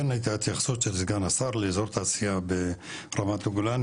כן הייתה התייחסות של סגן השר לאזור תעשייה ברמת הגולן,